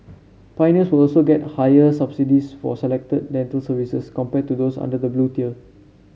pioneers will also get higher subsidies for selected dental services compared to those under the Blue Tier